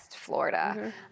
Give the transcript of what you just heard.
Florida